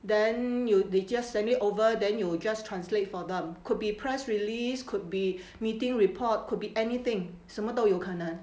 then you they just send it over then you just translate for them could be press release could be meeting report could be anything 什么都有可能